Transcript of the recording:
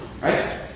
right